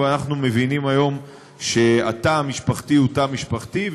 אבל אנחנו מבינים היום שהתא המשפחתי הוא תא משפחתי,